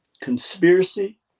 conspiracy